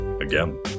again